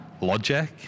logic